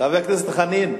חבר הכנסת חנין,